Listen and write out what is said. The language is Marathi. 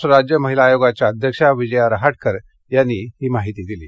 महाराष्ट्र राज्य महिला आयोगाच्या अध्यक्षा विजया रहाटकर यांनी ही माहिती दिली आहे